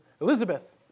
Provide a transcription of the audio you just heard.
Elizabeth